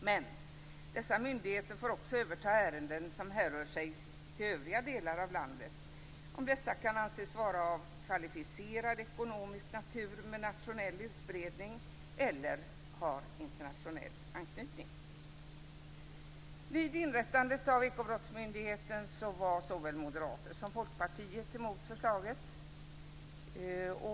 Men, dessa myndigheter får också överta ärenden som härrör sig till övriga delar av landet, om dessa kan anses vara av kvalificerad ekonomisk natur med nationell utbredning eller har internationell anknytning. Vid inrättandet av Ekobrottsmyndigheten var såväl Moderaterna som Folkpartiet emot förslaget.